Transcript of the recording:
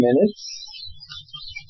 minutes